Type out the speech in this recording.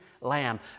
lamb